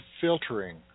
filtering